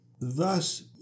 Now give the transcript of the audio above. Thus